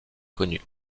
connue